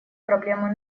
проблемой